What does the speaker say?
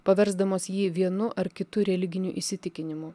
paversdamos jį vienu ar kitu religiniu įsitikinimu